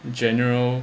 general